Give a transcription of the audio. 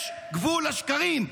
יש גבול לשקרים.